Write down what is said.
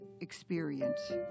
experience